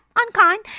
unkind